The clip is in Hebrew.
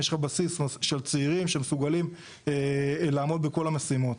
יש לך בסיס של צעירים שמסוגלים לעמוד בכל המשימות.